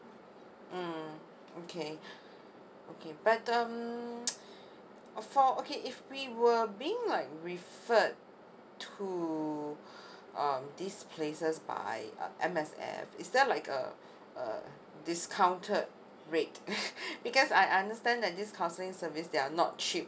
mm okay okay but um for okay if we were being like referred to um this places by uh M_S_F is there like a uh discounted rate because I understand that this counselling service they are not cheap